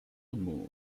moore